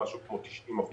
במשהו כמו 90 אחוזים.